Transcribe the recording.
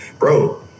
Bro